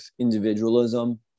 individualism